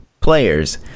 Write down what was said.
players